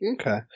Okay